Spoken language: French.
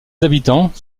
habitants